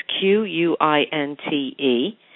q-u-i-n-t-e